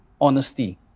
honesty